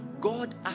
God